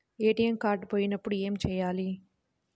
ATM card పోయినప్పుడు ఏమి చేయాలి?